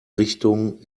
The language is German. richtung